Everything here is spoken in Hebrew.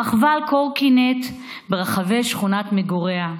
רכבה על קורקינט ברחבי שכונת מגוריה.